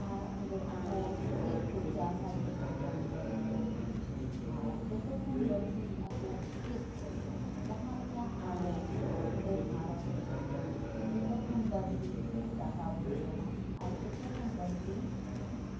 ᱟᱨ ᱚᱸᱰᱮ ᱟᱠᱚ ᱪᱮᱫᱠᱚ ᱪᱟᱥᱟ ᱡᱚᱛᱚᱠᱷᱚᱱ ᱵᱟᱹᱲᱛᱤ ᱟᱨ ᱡᱚᱛᱚᱠᱷᱚᱱ ᱵᱟᱹᱲᱛᱤ ᱟᱠᱚ ᱪᱮᱫᱠᱚ ᱡᱚᱢᱟ ᱡᱟᱦᱟᱸᱞᱮᱠᱟ ᱟᱵᱚ ᱱᱚᱸᱰᱮ ᱵᱷᱟᱨᱚᱛᱨᱮ ᱡᱚᱛᱚᱠᱷᱚᱱ ᱵᱟᱹᱲᱛᱤ ᱫᱟᱠᱟᱵᱚ ᱡᱚᱢᱟ ᱟᱨ ᱡᱚᱛᱚᱠᱷᱚᱱ ᱵᱟᱹᱲᱛᱤ